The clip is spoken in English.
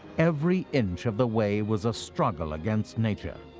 every inch of the way was a struggle against nature.